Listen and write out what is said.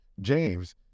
james